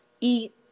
eat